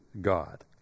God